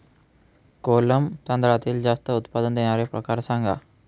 कोलम तांदळातील जास्त उत्पादन देणारे प्रकार सांगा